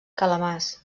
calamars